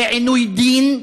זה עינוי דין,